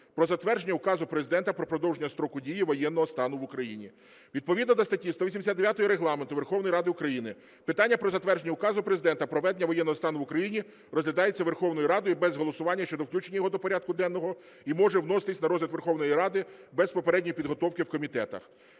про затвердження Указу Президента "Про продовження строку дії воєнного стану в Україні". Відповідно до статті 189 Регламенту Верховної Ради України питання про затвердження Указу Президента "Про введення воєнного стану в Україні" розглядається Верховною Радою без голосування щодо включення його до порядку денного і може вноситись на розгляд Верховної Ради без попередньої підготовки в комітетах.